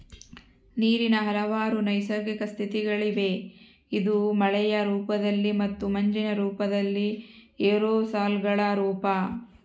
ನೀರಿನ ಹಲವಾರು ನೈಸರ್ಗಿಕ ಸ್ಥಿತಿಗಳಿವೆ ಇದು ಮಳೆಯ ರೂಪದಲ್ಲಿ ಮತ್ತು ಮಂಜಿನ ರೂಪದಲ್ಲಿ ಏರೋಸಾಲ್ಗಳ ರೂಪ